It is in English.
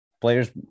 players